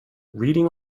reading